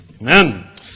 Amen